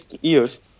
years